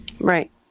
Right